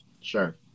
Sure